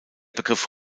begriff